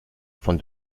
von